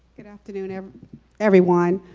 good afternoon um everyone.